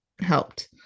helped